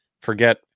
forget